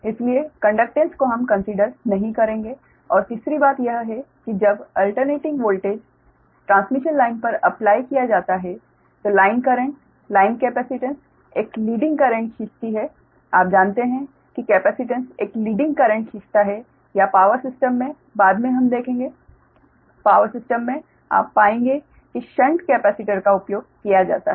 इसलिए कंडकटेन्स को हम कन्सिडर नहीं करेंगे और तीसरी बात यह है कि जब अल्टर्नेटिंग वोल्टेज ट्रांसमिशन लाइन पर अप्लाई किया जाता है तो लाइन करंट लाइन कैपेसिटेंस एक लीडिंग करंट खींचती है आप जानते हैं कि कैपेसिटेंस एक लीडिंग करंट खींचता है या पावर सिस्टम में बाद में हम देखेंगे पावर सिस्टम में आप पाएंगे कि शंट कैपेसिटर का उपयोग किया जाता है